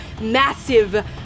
massive